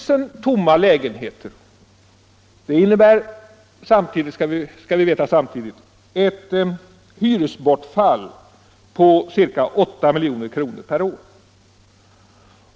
Samtidigt skall vi veta att 1000 tomma lägenheter innebär ett hyresbortfall på ca 8 milj.kr. per år.